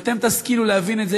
ואם אתם תשכילו להבין את זה,